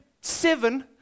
seven